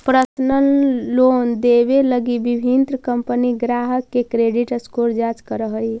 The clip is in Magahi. पर्सनल लोन देवे लगी विभिन्न कंपनि ग्राहक के क्रेडिट स्कोर जांच करऽ हइ